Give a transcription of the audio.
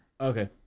Okay